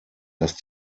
dass